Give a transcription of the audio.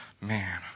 man